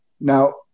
Now